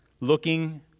looking